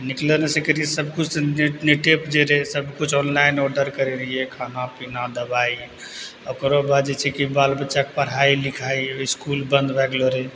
निकले नहि सकय रहियइ सबकिछु नेट नेटे पर जे रहै सबकिछु ऑनलाइन ऑर्डर करय रहियइ खाना पीना दबाइ ओकरोबाद जे छै कि बाल बच्चाके पढ़ाइ लिखाइ इसकुल बन्द भए गेलो रहय